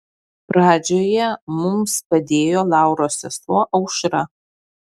pradžioje mums padėjo lauros sesuo aušra